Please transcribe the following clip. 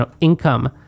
income